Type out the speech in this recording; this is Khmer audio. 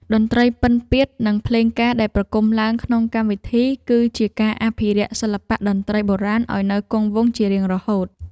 តន្ត្រីពិណពាទ្យ និងភ្លេងការដែលប្រគំឡើងក្នុងកម្មវិធី គឺជាការអភិរក្សសិល្បៈតន្ត្រីបុរាណឱ្យនៅគង់វង្សជារៀងរហូត។